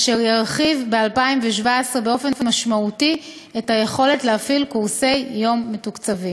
אשר ירחיב ב-2017 באופן משמעותי את היכולת להפעיל קורסי יום מתוקצבים.